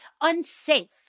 unsafe